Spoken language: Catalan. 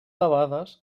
debades